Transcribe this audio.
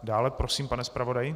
Dále prosím, pane zpravodaji.